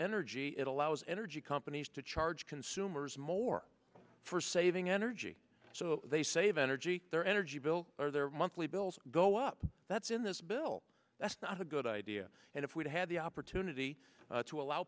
energy it allows energy companies to charge consumers more for saving energy so they save energy their energy bill or their monthly bills go up that's in this bill that's not a good idea and if we'd had the opportunity to allow